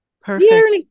Perfect